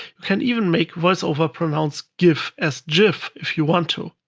you can even make voiceover pronounce gif as jiff if you want to.